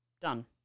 Done